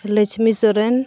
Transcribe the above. Lachhmi Soren